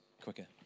quicker